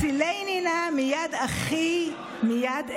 הצילני נא מיד אחי מיד עשו,